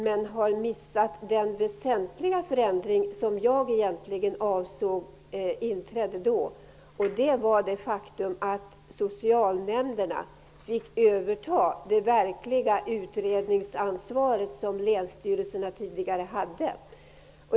Men hon missade den väsentliga förändring som jag menade inträdde då, nämligen det faktum att socialnämnderna fick överta det verkliga utredningsansvaret som länsstyrelserna tidigare hade.